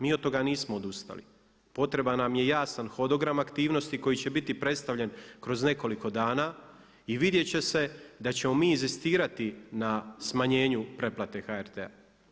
Mi od toga nismo odustali, potreban nam je jasan hodogram aktivnosti koji će biti predstavljen kroz nekoliko dana i vidjet će se da ćemo mi inzistirati na smanjenju pretplate HRT-a.